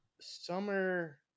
summer